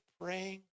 praying